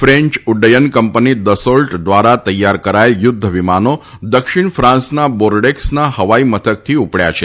French ઉદ્દયન કંપની Dassault દ્વારા તૈયાર કરાયેલા યુદ્ધ વિમાનો દક્ષિણ ફાંસના બોર્ડેક્સના હવાઈ મથકથી ઉપડ્યા છે